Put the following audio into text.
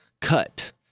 cut